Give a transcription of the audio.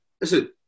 Listen